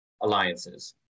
alliances